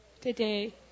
today